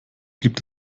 gibt